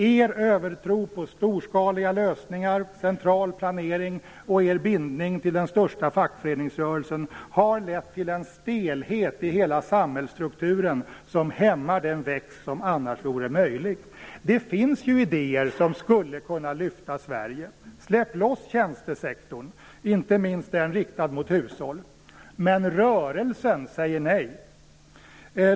Er övertro på storskaliga lösningar och central planering och er bindning till den största fackföreningsrörelsen har lett till en stelhet i hela samhällsstrukturen som hämmar den tillväxt, som annars vore möjlig. Det finns idéer som skulle kunna lyfta Sverige. Släpp loss tjänstesektorn, inte minst den som är riktad mot hushåll! Rörelsen säger nej.